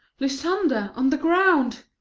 lysander! on the ground!